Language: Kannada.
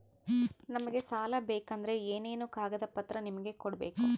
ನಮಗೆ ಸಾಲ ಬೇಕಂದ್ರೆ ಏನೇನು ಕಾಗದ ಪತ್ರ ನಿಮಗೆ ಕೊಡ್ಬೇಕು?